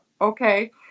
okay